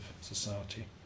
society